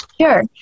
Sure